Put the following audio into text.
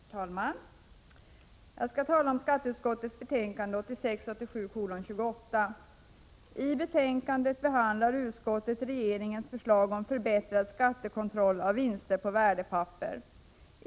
Herr talman! Jag skall tala om skatteutskottets betänkande 1986/87:28. I betänkandet behandlar utskottet regeringens förslag om förbättrad skattekontroll av vinster på värdepapper.